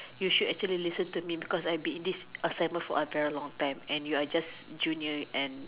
you should actually listen to me because I've been in this assignment for a very long time and you're just a junior and